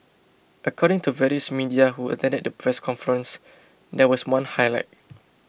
according to various media who press conference there was one highlight